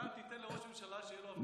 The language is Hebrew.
אתה תיתן לראש ממשלה שיהיו לו הבטחות שווא?